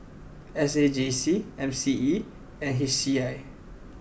S A J C M C E and H C I